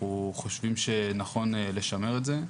אנחנו חושבים שנכון לשמר את זה,